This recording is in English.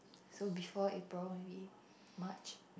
so before April maybe March